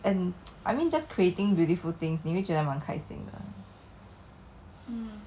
quite fun I guess you get to be creative and you also like can use that to earn money